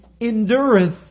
endureth